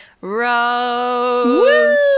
rose